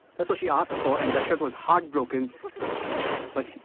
that's what she asked for and dasharatha was heartbroken but